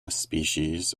species